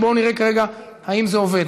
ובואו נראה אם זה עובד.